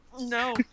No